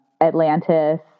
Atlantis